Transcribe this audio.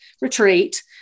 retreat